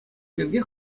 пирки